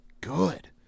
good